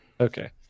Okay